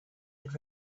had